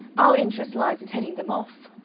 our interest lies in heading them off.